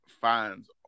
finds